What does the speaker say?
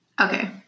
Okay